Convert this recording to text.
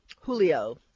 Julio